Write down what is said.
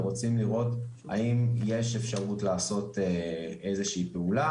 ורוצים לראות האם יש אפשרות לעשות איזו שהיא פעולה,